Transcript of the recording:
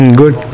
good